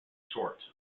short